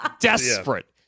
desperate